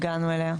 הגענו אליה.